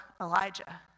Elijah